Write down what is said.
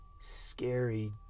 scary